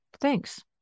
thanks